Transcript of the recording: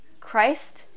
Christ